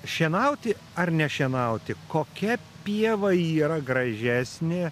šienauti ar nešienauti kokia pieva yra gražesnė